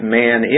man